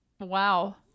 Wow